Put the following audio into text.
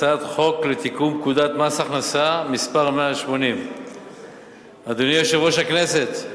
הצעת חוק לתיקון פקודת מס הכנסה (מס' 180). אדוני יושב-ראש הכנסת,